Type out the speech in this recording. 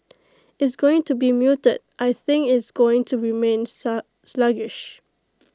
IT is going to be muted I think IT is going to remain slug sluggish